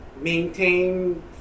maintain